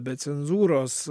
be cenzūros